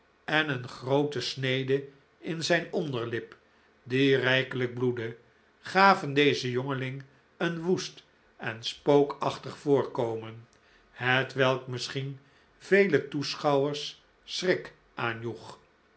en een groote snede in zijn onderlip die rijkelijk bloedde gaven dezen jongeling een woest en spookachtig voorkomen hetwelk misschien vele toeschouwers schrik aanjoeg